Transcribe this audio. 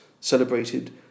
celebrated